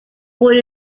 would